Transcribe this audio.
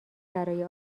برای